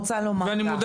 כך.